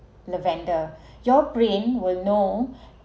lavender your brain will know